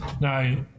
Now